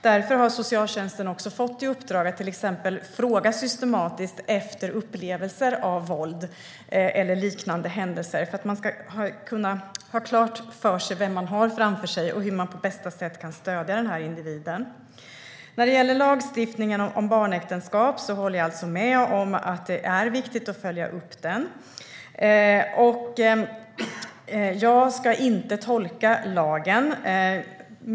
Därför har socialtjänsten också fått i uppdrag att till exempel fråga systematiskt efter upplevelser av våld eller liknande händelser för att man ska kunna ha klart för sig vem man har framför sig och hur man på bästa sätt kan stödja den individen. Jag håller med om att det är viktigt att följa upp lagstiftningen om barnäktenskap. Jag ska inte tolka lagen.